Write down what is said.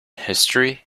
history